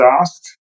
asked